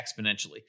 exponentially